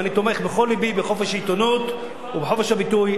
ואני תומך בכל לבי בחופש העיתונות ובחופש הביטוי.